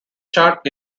chart